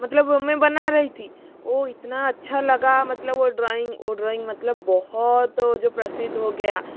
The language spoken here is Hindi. मतलब ओ मैं बना रही थी ओ इतना अच्छा लगा मतलब ओ ड्रॉइंग ओ ड्रॉइंग मतलब बहुत ओ जो प्रसिद्ध हो गया